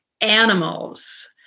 animals